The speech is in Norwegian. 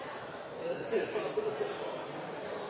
i 2011. Så det